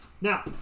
Now